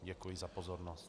Děkuji za pozornost.